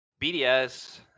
BDS